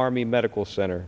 army medical center